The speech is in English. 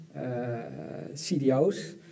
cdo's